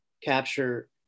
capture